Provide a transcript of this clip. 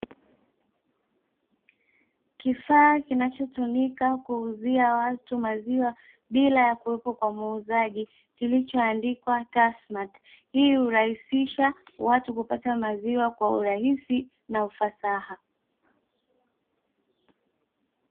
Kifaa kinacho tumika kuuzia watu maziwa bila ya kuwepo kwa muuzaji kilicho andikwa "tasmati," hii hurahisisha watu kupata maziwa kwa urahisi na ufasaha.